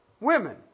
women